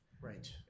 right